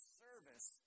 service